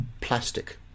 plastic